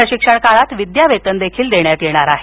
प्रशिक्षण काळात विद्यावेतन देखील देण्यात येणार आहे